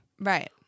Right